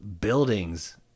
buildings